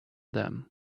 them